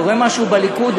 קורה משהו בליכוד,